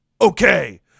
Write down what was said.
Okay